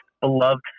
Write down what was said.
beloved